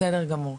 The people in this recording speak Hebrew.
בסדר גמור.